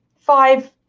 five